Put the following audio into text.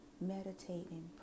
meditating